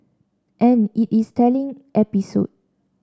and it is a telling episode